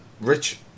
Rich